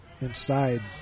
Inside